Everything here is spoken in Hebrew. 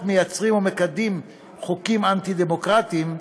מייצרים ומקדמים חוקים אנטי-דמוקרטיים,